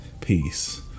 peace